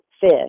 fish